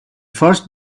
first